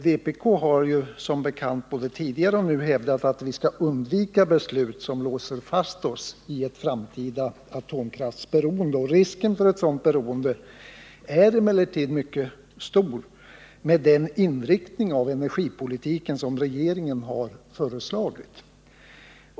Vpk har som bekant både tidigare och nu hävdat att vi bör undvika beslut som låser fast oss vid ett framtida atomkraftsberoende. Risken för ett sådant beroende är emellertid mycket stor med den inriktning av energipolitiken som regeringen har föreslagit.